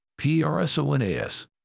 PRSONAS